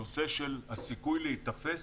הנושא של הסיכוי להיתפס,